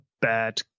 bad